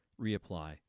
reapply